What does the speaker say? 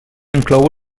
inclou